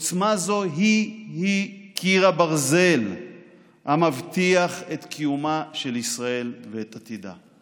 עוצמה זו היא היא קיר הברזל המבטיח את קיומה של ישראל ואת עתידה.